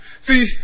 See